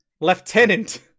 Lieutenant